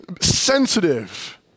sensitive